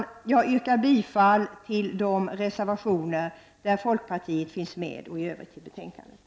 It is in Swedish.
Jag yrkar bifall till de reservationer där folkpartister finns med och i övrigt till utskottets hemställan.